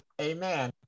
Amen